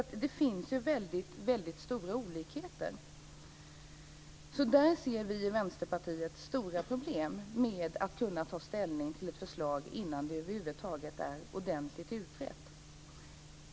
Det är alltså stora olikheter. Där ser vi i Vänsterpartiet stora problem med att kunna ta ställning till ett förslag innan det över huvud taget är ordentligt utrett.